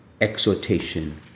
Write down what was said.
exhortation